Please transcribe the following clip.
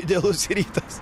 idealus rytas